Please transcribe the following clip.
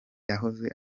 yahoze